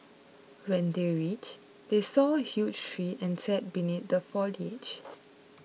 when they reached they saw a huge tree and sat beneath the foliage